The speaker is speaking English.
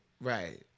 Right